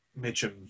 Mitchum